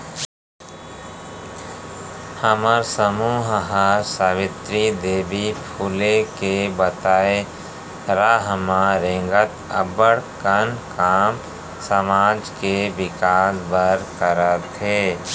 हमर समूह हर सावित्री देवी फूले के बताए रद्दा म रेंगत अब्बड़ कन काम समाज के बिकास बर करत हे